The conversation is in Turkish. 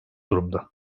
durumda